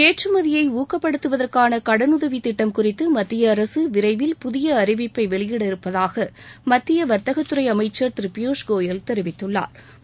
ஏற்றுமதியை ஊக்கப்படுத்துவதற்கான கடனுதவி திட்டம் குறித்து மத்திய அரசு விரைவில் புதிய அறிவிப்பை வெளியிட இருப்பதாக மத்திய வா்த்தகத்துறை அமைச்ச் திரு பியூஷ் கோயல் தெரிவித்துள்ளாா்